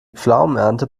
pflaumenernte